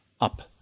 up